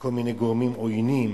מכל מיני גורמים עוינים